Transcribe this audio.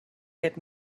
let